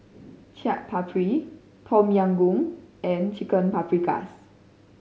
Chaat Papri Tom Yam Goong and Chicken Paprikas